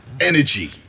Energy